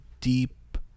Deep